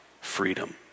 freedom